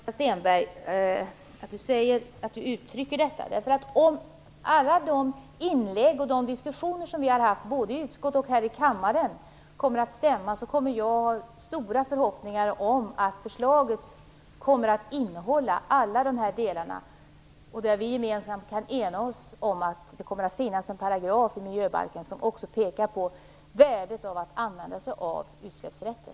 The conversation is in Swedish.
Herr talman! Det gläder mig att Åsa Stenberg uttrycker detta. Om alla de inlägg och diskussioner som vi har haft, både i utskott och här i kammaren, stämmer, har jag stora förhoppningar om att förslaget kommer att innehålla alla de här delarna. Då kan vi gemensamt ena oss om att det kommer att finnas en paragraf i miljöbalken som också pekar på värdet av att använda sig av utsläppsrätter.